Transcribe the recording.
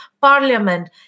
Parliament